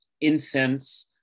incense